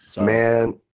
Man